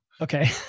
okay